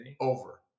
Over